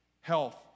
health